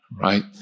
right